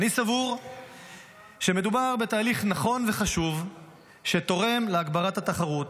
אני סבור שמדובר בתהליך נכון וחשוב שתורם להגברת התחרות,